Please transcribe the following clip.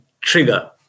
trigger